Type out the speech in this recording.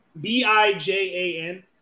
B-I-J-A-N